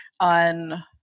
on